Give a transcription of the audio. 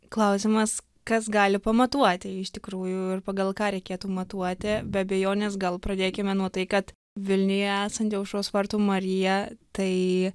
klausimas kas gali pamatuoti iš tikrųjų ir pagal ką reikėtų matuoti be abejonės gal pradėkime nuo tai kad vilniuje esanti aušros vartų marija tai